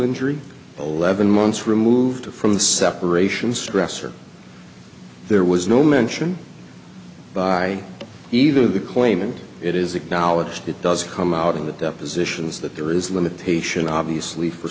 injury eleven months removed from the separation stressor there was no mention by either the claim and it is acknowledged it does come out in the depositions that there is limitation obviously for